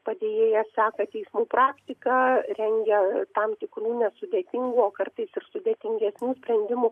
padėjėjas sekasi jums praktiką rengia tam tikrų nesudėtingų o kartais ir sudėtingesnių sprendimų